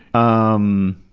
umm.